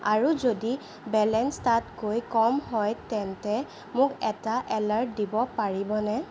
আৰু যদি বেলেঞ্চ তাতকৈ কম হয় তেন্তে মোক এটা এলাৰ্ট দিব পাৰিবনে